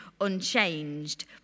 unchanged